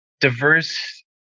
diverse